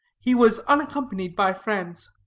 he was unaccompanied by friends.